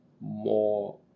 more